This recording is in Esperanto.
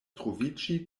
troviĝi